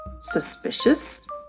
suspicious